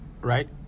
right